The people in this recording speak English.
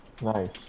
Nice